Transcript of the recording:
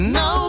no